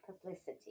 publicity